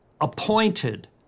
appointed